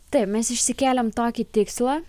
taip mes išsikėlėm tokį tikslą